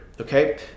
okay